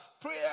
Prayer